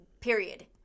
Period